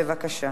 בבקשה.